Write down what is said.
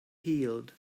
healed